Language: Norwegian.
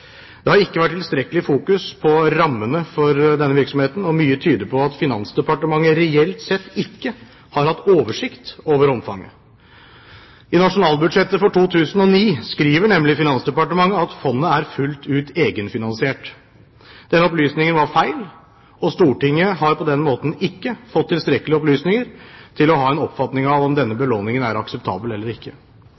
Det har ikke vært tilstrekkelig fokusert på rammene for denne virksomheten, og mye tyder på at Finansdepartementet reelt sett ikke har hatt oversikt over omfanget. I nasjonalbudsjettet for 2009 skriver nemlig Finansdepartementet at «fondet er fullt ut» egenfinansiert. Denne opplysningen var feil. Stortinget har på den måten ikke fått tilstrekkelige opplysninger til å ha en oppfatning av om denne